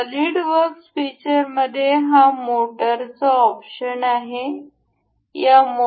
solid works features मध्ये हा मोटरचा ऑप्शन येथे आहे